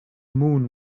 moon